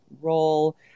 role